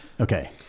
Okay